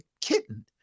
kitten